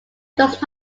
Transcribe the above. does